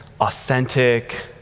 authentic